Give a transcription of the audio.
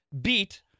beat